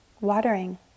watering